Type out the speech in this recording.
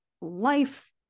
life